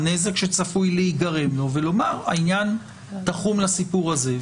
הנזק שצפוי להיגרם לו ולומר שהעניין תחום לסיפור הזה.